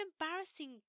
embarrassing